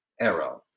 error